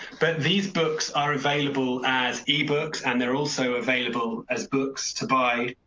but these books are available as e books, and they're also available as books to buy.